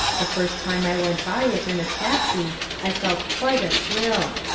the first time i went by it in a taxi, i felt quite a thrill.